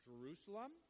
Jerusalem